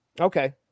Okay